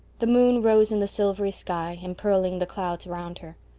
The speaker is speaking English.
the moon rose in the silvery sky, empearling the clouds around her.